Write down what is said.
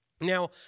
Now